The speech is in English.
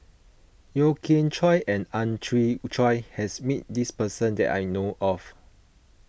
Yeo Kian Chye and Ang Chwee Chai has met this person that I know of